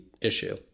issue